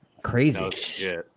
crazy